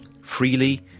freely